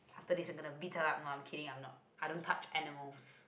after this I'm gonna beat her up no I'm kidding I'm not I don't touch animals